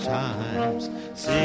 times